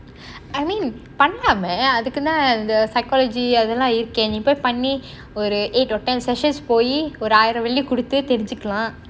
I mean பண்லாமே அதுக்கு தான் இந்த:panlaamae athukku thaan intha psychology அதலாம் இருக்கே நீ போய் பண்ணி ஒரு:athalaam irukkae nee poi pan oru eight or ten sessions போய் ஒரு ஆயிரம் வெள்ளி கொடுத்து தெரிஞ்சிக்கலாம்:poi oru aayiram velli koduthu therinjikkalaam